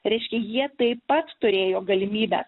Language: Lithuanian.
reiškia jie taip pat turėjo galimybę